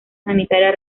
sanitaria